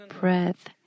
breath